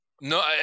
No